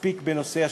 מספיק בנושא השחיתות.